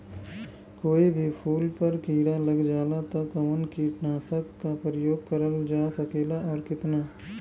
कोई भी फूल पर कीड़ा लग जाला त कवन कीटनाशक क प्रयोग करल जा सकेला और कितना?